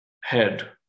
head